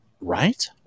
Right